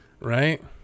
Right